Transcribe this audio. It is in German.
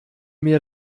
mir